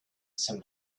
some